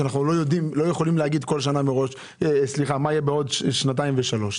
כאשר אנחנו לא יכולים להגיד מה יהיה בעוד שנתיים או שלוש שנים?